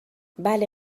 بله